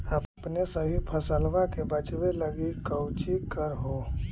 अपने सभी फसलबा के बच्बे लगी कौची कर हो?